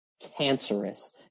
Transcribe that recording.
cancerous